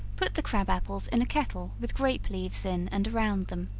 put the crab apples in a kettle with grape leaves in and around them,